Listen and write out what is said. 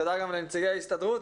תודה גם לנציגי ההסתדרות,